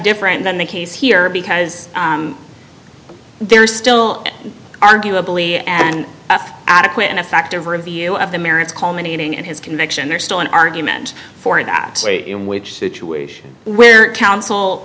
different than the case here because there are still arguably an adequate and effective review of the merits culminating in his conviction there's still an argument for it that way in which situation where counsel